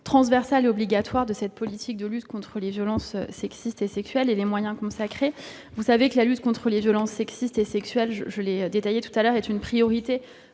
transversal et obligatoire de la politique de lutte contre les violences sexistes et sexuelles et les moyens à y consacrer. Vous savez que la lutte contre les violences sexistes et sexuelles, je l'ai détaillée auparavant, est une priorité